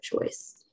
choice